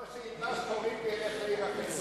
או שילבש שחורים וילך לעיר אחרת.